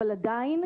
אבל עדיין,